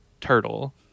turtle